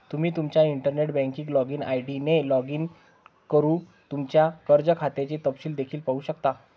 तुम्ही तुमच्या internet banking login ID ने लॉग इन करून तुमच्या कर्ज खात्याचे तपशील देखील पाहू शकता